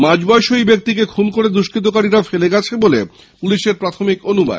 মাঝবয়সী ঐ ব্যক্তিকে খুন করে দুস্কৃতিরা ফেলে গেছে বলে পুলিশের প্রাথমিক অনুমান